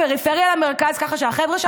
הפריפריה למרכז כך שהחבר'ה שם יוכלו לעבוד.